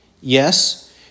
Yes